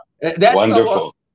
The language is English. Wonderful